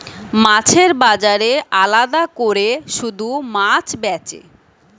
মাছের বাজারে আলাদা কোরে শুধু মাছ বেচে